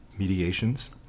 mediations